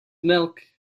milk